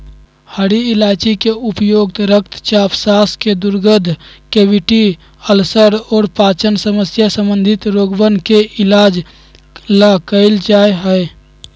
हरी इलायची के उपयोग रक्तचाप, सांस के दुर्गंध, कैविटी, अल्सर और पाचन समस्या संबंधी रोगवन के इलाज ला कइल जा हई